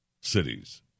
cities